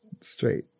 Straight